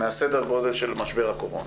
בסדר גודל של משבר הקורונה,